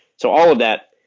so all of that,